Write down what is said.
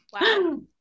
wow